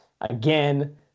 again